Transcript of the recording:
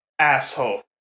Asshole